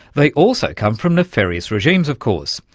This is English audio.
they also come from nefarious regimes, of course,